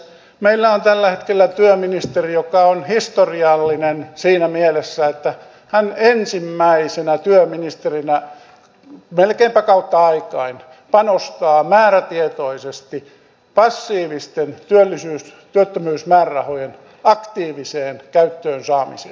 meillä on tällä hetkellä työministeri joka on historiallinen siinä mielessä että hän ensimmäisenä työministerinä melkeinpä kautta aikain panostaa määrätietoisesti passiivisten työttömyysmäärärahojen aktiiviseen käyttöön saamiseen